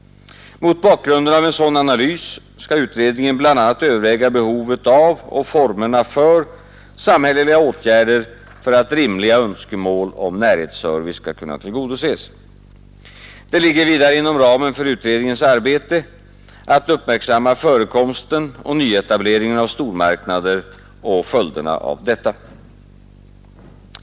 Mot bakgrunden av en sådan analys skall utredningen bl.a. överväga behovet av och formerna för samhälleliga åtgärder för att rimliga önskemål om närhetsservice skall kunna tillgodoses. Det ligger vidare inom ramen för utredningens arbete att uppmärksamma förekomsten och nyetableringen av stormarknader samt följderna härav.